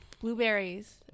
Blueberries